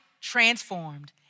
transformed